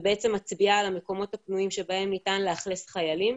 ובעצם מצביעה על המקומות הפנויים שבהם ניתן לאכלס חיילים.